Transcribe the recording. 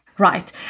Right